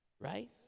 right